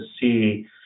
see